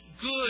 good